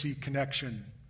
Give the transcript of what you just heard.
connection